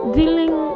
dealing